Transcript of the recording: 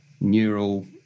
neural